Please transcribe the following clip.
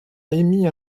émis